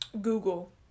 Google